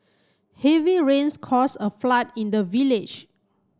heavy rains cause a flood in the village